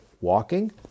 walking